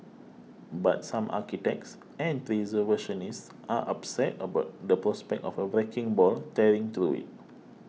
but some architects and preservationists are upset about the prospect of a wrecking ball tearing through it